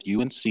UNC